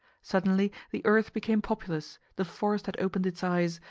suddenly the earth became populous, the forest had opened its eyes,